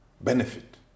benefit